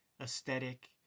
aesthetic